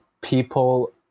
people